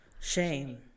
shame